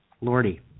Lordy